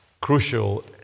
crucial